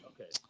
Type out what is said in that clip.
Okay